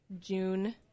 June –